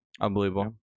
unbelievable